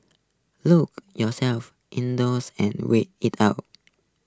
look yourselves indoors and wait it out